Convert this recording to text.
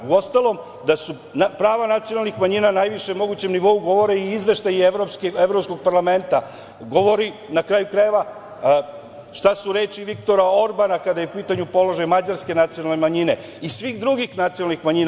Uostalom, da su prava nacionalnih manjina na najvišem mogućem nivou govore i izveštaji Evropskog parlamenta, govori, na kraju krajeva, šta su reči Viktora Orbana kada je u pitanju položaj mađarske nacionalne manjine i svih drugih nacionalnih manjina.